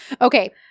Okay